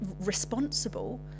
responsible